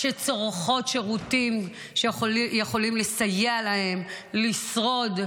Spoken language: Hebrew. שצורכות שירותים שיכולים לסייע להם לשרוד,